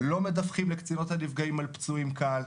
לא מדווחים לקצינות הנפגעים על פצועים קל,